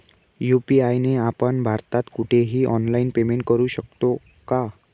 UPI ने आपण भारतात कुठेही ऑनलाईन पेमेंट करु शकतो का?